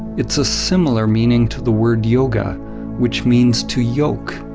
it's a similar meaning to the word yoga which means to yoke,